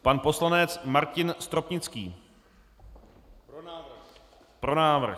Pan poslanec Martin Stropnický: Pro návrh.